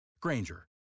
Granger